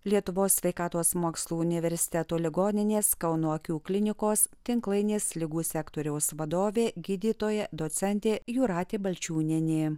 lietuvos sveikatos mokslų universiteto ligoninės kauno akių klinikos tinklainės ligų sektoriaus vadovė gydytoja docentė jūratė balčiūnienė